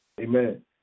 Amen